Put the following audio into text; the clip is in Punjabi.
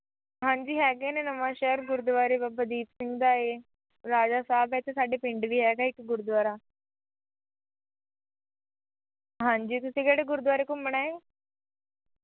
ਹਾਂਜੀ ਹੈਗੇ ਨੇ ਨਵਾਂ ਸ਼ਹਿਰ ਗੁਰਦੁਆਰੇ ਬਾਬਾ ਦੀਪ ਸਿੰਘ ਦਾ ਏ ਰਾਜਾ ਸਾਹਿਬ ਇੱਥੇ ਸਾਡੇ ਪਿੰਡ ਵੀ ਹੈਗਾ ਇੱਕ ਗੁਰਦੁਆਰਾ ਹਾਂਜੀ ਤੁਸੀਂ ਕਿਹੜੇ ਗੁਰਦੁਆਰੇ ਘੁੰਮਣਾ ਏ